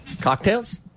Cocktails